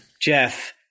Jeff